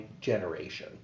generation